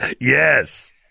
yes